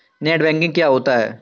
Net banking क्या होता है?